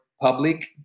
public